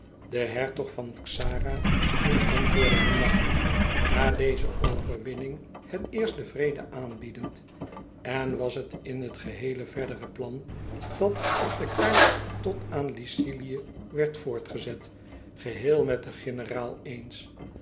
de hertog van xara nu antwoordde hem lachend na deze overwinning het eerst den vrede aanbiedend en was het in het geheele verdere plan dat op de kaart tot aan lycilië werd voortgezet geheel met den generaal eens